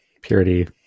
purity